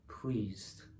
pleased